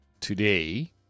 today